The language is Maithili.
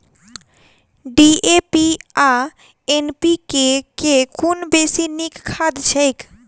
डी.ए.पी आ एन.पी.के मे कुन बेसी नीक खाद छैक?